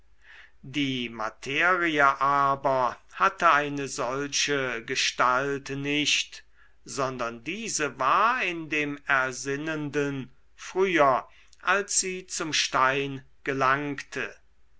die materie aber hatte eine solche gestalt nicht sondern diese war in dem ersinnenden früher als sie zum stein gelangte